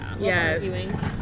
Yes